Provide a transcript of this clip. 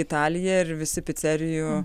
į italiją ir visi picerijų